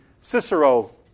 Cicero